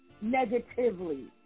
negatively